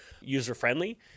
user-friendly